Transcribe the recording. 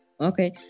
Okay